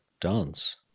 dance